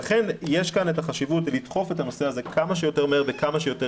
לכן יש כאן את החשיבות לדחוף את הנושא הזה כמה שיותר מהר וכמה שיותר